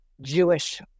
Jewish